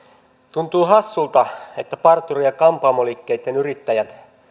tuntuu hassulta että parturi ja kampaamoliikkeitten yrittäjät